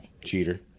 cheater